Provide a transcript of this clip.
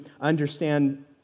understand